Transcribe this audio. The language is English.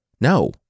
No